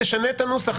תשנה את הנוסח,